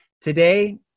Today